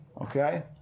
okay